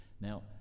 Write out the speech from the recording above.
now